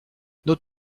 nos